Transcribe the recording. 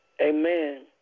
Amen